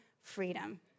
freedom